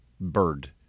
bird